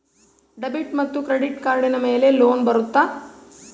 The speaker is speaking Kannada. ಡೆಬಿಟ್ ಮತ್ತು ಕ್ರೆಡಿಟ್ ಕಾರ್ಡಿನ ಮೇಲೆ ಲೋನ್ ಬರುತ್ತಾ?